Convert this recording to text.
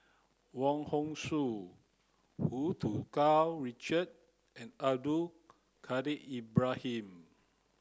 Wong Hong Suen Hu Tsu Tau Richard and Abdul Kadir Ibrahim